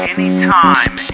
Anytime